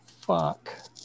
fuck